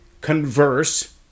converse